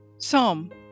Psalm